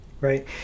Right